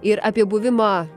ir apie buvimą